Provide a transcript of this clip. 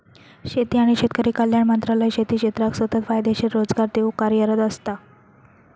शेती आणि शेतकरी कल्याण मंत्रालय शेती क्षेत्राक सतत फायदेशीर रोजगार देऊक कार्यरत असता